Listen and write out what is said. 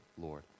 Lord